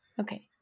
Okay